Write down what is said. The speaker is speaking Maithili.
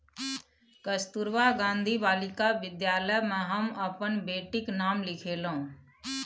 कस्तूरबा गांधी बालिका विद्यालय मे हम अपन बेटीक नाम लिखेलहुँ